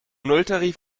nulltarif